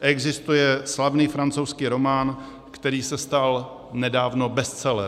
Existuje slavný francouzský román, který se stal nedávno bestselerem.